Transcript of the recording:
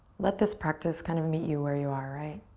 let this practice kind of meet you where you are, right?